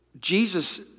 Jesus